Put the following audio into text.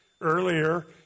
Earlier